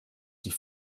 die